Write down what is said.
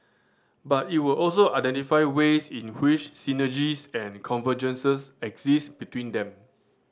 but it will also identify ways in which synergies and convergences exist between them